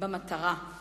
במטרה.